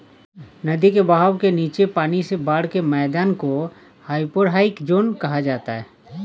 नदी के बहाव के नीचे पानी से बाढ़ के मैदान को हाइपोरहाइक ज़ोन कहा जाता है